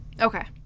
Okay